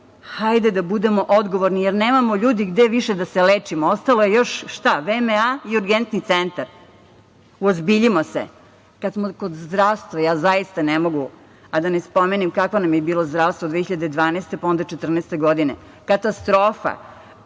Hajde da budemo odgovorni, jer nemamo ljudi gde više da se lečimo. Ostalo je još VMA i Urgentni centar. Uozbiljimo se. Kada smo kod zdravstva, ja zaista ne mogu, a da ne spomenem kakvo nam je bilo zdravstvo 2012. godine, pa onda 2014. godine, katastrofa.